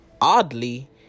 Oddly